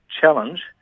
challenge